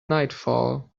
nightfall